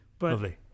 Lovely